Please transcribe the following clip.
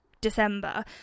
December